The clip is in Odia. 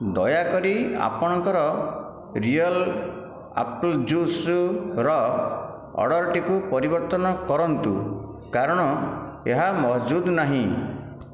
ଦୟାକରି ଆପଣଙ୍କର ରିଅଲ ଆପଲ୍ ଜୁସ୍ର ଅର୍ଡ଼ରଟିକୁ ପରିବର୍ତ୍ତନ କରନ୍ତୁ କାରଣ ଏହା ମହଜୁଦ ନାହିଁ